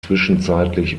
zwischenzeitlich